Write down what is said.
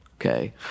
okay